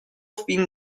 fin